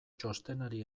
txostenari